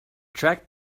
track